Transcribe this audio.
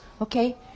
okay